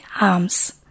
arms